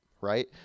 right